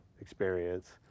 experience